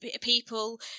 people